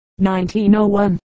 1901